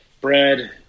bread